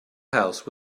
house